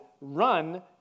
run